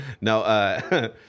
No